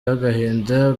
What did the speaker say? y’agahinda